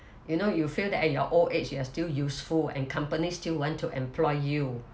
you know you feel that eh you are old age you are still useful and companies still want to employ you